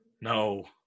No